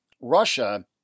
Russia